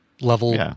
level